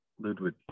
ludwig